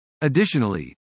Additionally